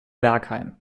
bergheim